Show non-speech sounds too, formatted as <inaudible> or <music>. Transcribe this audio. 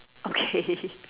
okay <laughs>